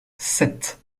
sept